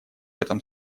этом